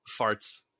farts